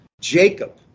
Jacob